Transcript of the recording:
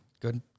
good